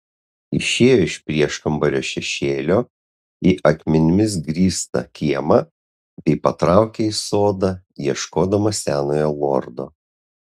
išėjo iš prieškambario šešėlio į akmenimis grįstą kiemą bei patraukė į sodą ieškodama senojo lordo